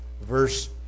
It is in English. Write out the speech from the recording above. verse